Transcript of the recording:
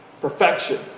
perfection